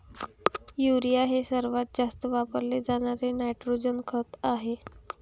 urea हे सर्वात जास्त वापरले जाणारे नायट्रोजन खत आहे